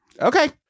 Okay